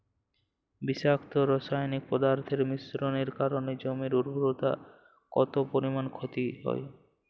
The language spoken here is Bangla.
বিষাক্ত রাসায়নিক পদার্থের মিশ্রণের কারণে জমির উর্বরতা কত পরিমাণ ক্ষতি হয়?